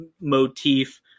motif